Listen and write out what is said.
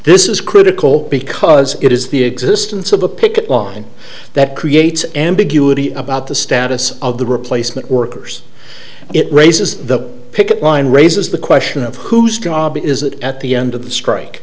this is critical because it is the existence of a picket line that creates ambiguity about the status of the replacement workers it raises the picket line raises the question of whose job is it at the end of the strike